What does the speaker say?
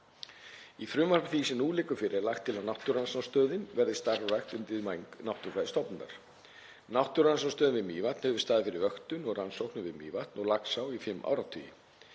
Í frumvarpi því sem nú liggur fyrir er lagt til að Náttúrurannsóknastöðin verði starfrækt undir væng Náttúrufræðistofnunar. Náttúrurannsóknastöðin við Mývatn hefur staðið fyrir vöktun og rannsóknum við Mývatn og Laxá í fimm áratugi.